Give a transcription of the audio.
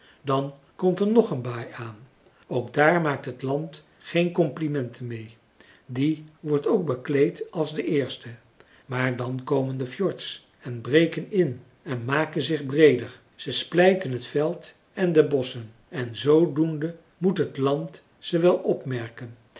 dan komt er nog een baai aan ook daar maakt het land geen complimenten mee die wordt ook bekleed als de eerste maar dan komen de fjords en breken in en maken zich breeder ze splijten t veld en de bosschen en zoodoende moet het land ze wel opmerken